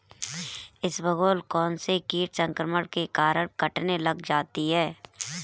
इसबगोल कौनसे कीट संक्रमण के कारण कटने लग जाती है?